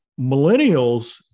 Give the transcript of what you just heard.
millennials